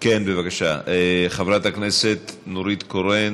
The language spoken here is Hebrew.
הצעת החוק עברה בקריאה ראשונה